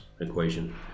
equation